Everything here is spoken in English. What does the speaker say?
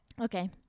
Okay